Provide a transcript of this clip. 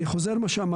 אני חוזר על מה שאמרנו.